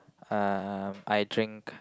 um I drink